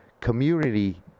community